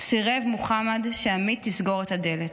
סירב מוחמד שעמית תסגור את הדלת.